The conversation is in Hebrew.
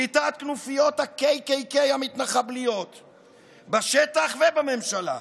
שליטת כנופיות ה-KKK המתנחבליות בשטח ובממשלה.